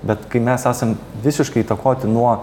bet kai mes esam visiškai įtakoti nuo